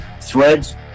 threads